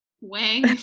Wang